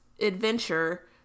adventure